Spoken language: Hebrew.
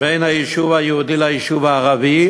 בין היישוב היהודי ליישוב הערבי,